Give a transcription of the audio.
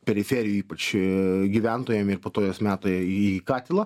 periferijoj ypač a gyventojam ir po to juos meta į katilą